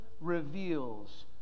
reveals